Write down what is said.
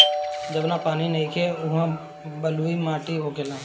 जहवा पानी नइखे उहा बलुई माटी होखेला